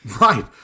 Right